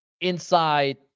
inside